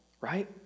right